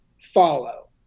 follow